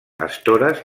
estores